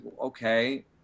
okay